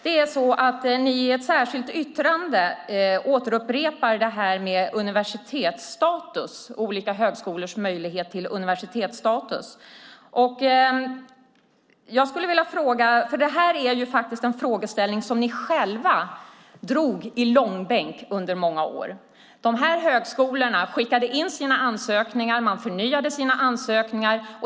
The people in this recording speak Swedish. Ni har ett särskilt yttrande där ni åter tar upp frågan om högskolors möjlighet till universitetsstatus. Det är en frågeställning som ni själva drog i långbänk under många år. Dessa högskolor skickade in sina ansökningar, och de förnyade sina ansökningar.